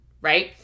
right